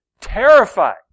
terrified